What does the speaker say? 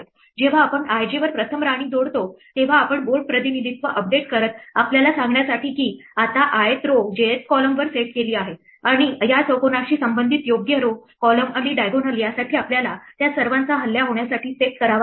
जेव्हा आपण ij वर प्रथम राणी जोडतो तेव्हा आपण बोर्ड प्रतिनिधित्व अपडेट करत आपल्याला सांगण्यासाठी की आता i th row jth columnवर सेट केली आहे आणि या चौकोनाशी संबंधित योग्य row column आणि diagonal यासाठी आपल्याला त्या सर्वांचा हल्ला होण्यासाठी सेट करावा लागेल